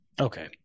Okay